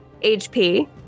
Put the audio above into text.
HP